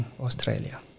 Australia